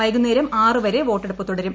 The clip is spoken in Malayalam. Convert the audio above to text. വൈകുന്നേരം ആറ് വരെ വോട്ടെടുപ്പ് തുടരും